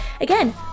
again